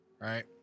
Right